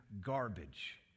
garbage